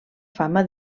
fama